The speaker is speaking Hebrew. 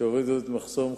שהורידו את מחסום חווארה,